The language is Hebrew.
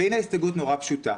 והנה הסתייגות נורא פשוטה,